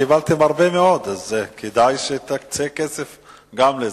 קיבלתם הרבה מאוד, אז כדאי שתקצה כסף גם לזה.